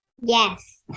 Yes